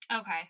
Okay